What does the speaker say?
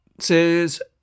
says